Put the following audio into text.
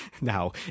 now